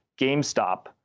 GameStop